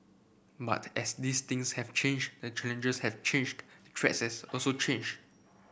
but as these things have changed the challenges have changed the threats also changed